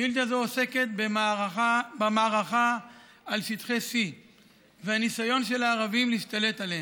שאילתה זו עוסקת במערכה על שטחי C והניסיון של הערבים להשתלט עליהם.